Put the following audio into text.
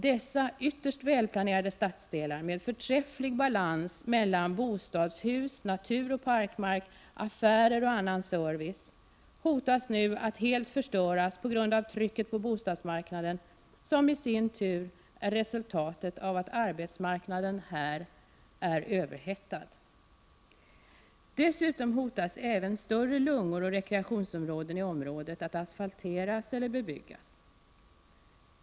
Dessa ytterst välplanerade stadsdelar, med förträfflig balans mellan bostadshus, naturoch parkmark, affärer och annan service, hotas nu att helt förstöras på grund av trycket på bostadsmarknaden, som i sin tur är resultatet av att arbetsmarknaden här är överhettad. Dessutom hotas även större ”lungor” och rekreationsområden i området att asfalteras eller bebyggas.